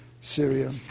Syria